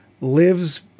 lives